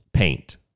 paint